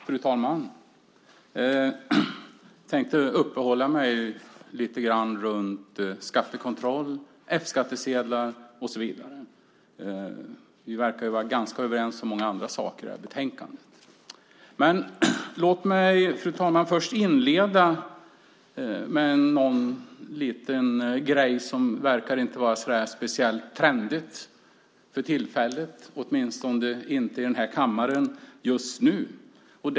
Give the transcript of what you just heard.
Fru talman! Jag tänkte uppehålla mig lite grann vid skattekontroll, F-skattsedlar och så vidare. Vi verkar ju vara ganska överens om många andra saker i det här betänkandet. Låt mig först, fru talman, inleda med något som inte verkar vara speciellt trendigt för tillfället, åtminstone inte här i kammaren just nu.